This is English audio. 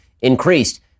increased